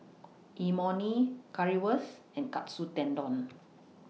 Imoni Currywurst and Katsu Tendon